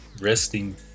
resting